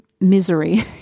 misery